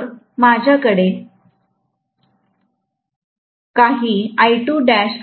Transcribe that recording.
तर माझ्या कडे काही